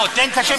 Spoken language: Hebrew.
הצעת חוק